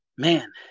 Man